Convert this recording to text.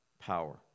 power